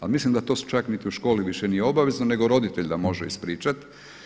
A mislim da to čak niti u školi više nije obavezno nego roditelj ga može ispričati.